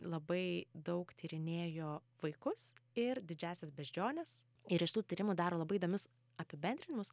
labai daug tyrinėjo vaikus ir didžiąsias beždžiones ir iš tų tyrimų daro labai įdomius apibendrinimus